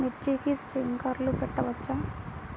మిర్చికి స్ప్రింక్లర్లు పెట్టవచ్చా?